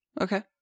Okay